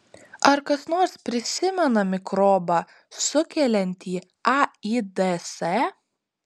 ar kas nors prisimena mikrobą sukeliantį aids